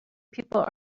people